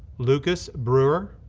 lucas brewer,